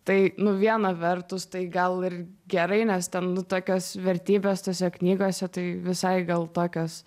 tai nu viena vertus tai gal ir gerai nes ten nu tokios vertybės tose knygose tai visai gal tokios